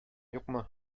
юкмы